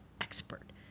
expert